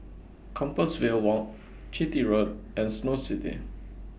Compassvale Walk Chitty Road and Snow City